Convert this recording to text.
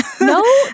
No